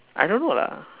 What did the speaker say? I don't know lah